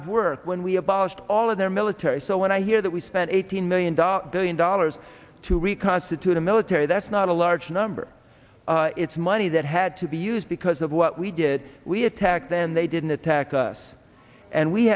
of work when we abolished all of their military so when i hear that we spent eighteen million dollars billion dollars to reconstitute a military that's not a large number it's money that had to be used because of what we did we attacked them they didn't attack us and we